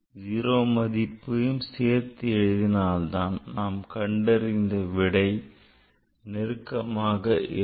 0 மதிப்பையும் சேர்த்து எழுதினால் தான் அது நாம் கண்டறிந்த விடைக்கு நெருக்கமாக இருக்கும்